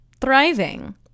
thriving